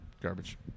Garbage